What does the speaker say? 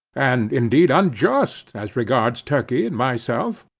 and indeed unjust, as regards turkey and myself.